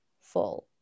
full